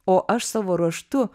o aš savo ruožtu